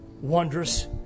wondrous